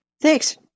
Thanks